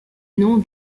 nom